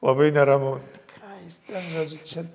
labai neramu ką jis ten žodžiu čia